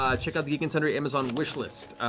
um check out the geek and sundry amazon wish list.